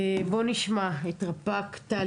בוא נשמע את רפ"ק טל